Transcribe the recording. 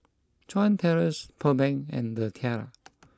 Chuan Terrace Pearl Bank and The Tiara